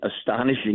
astonishing